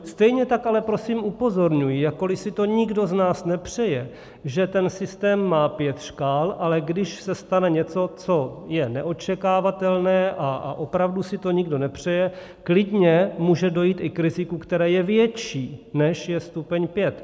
Stejně tak prosím upozorňuji, jakkoli si to nikdo z nás nepřeje, že ten systém má pět škál, ale když se stane něco, co je neočekávatelné, a opravdu si to nikdo nepřeje, klidně může dojít i k riziku, které je větší, než je stupeň pět.